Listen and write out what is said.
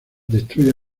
destruye